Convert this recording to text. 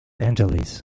angeles